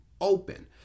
open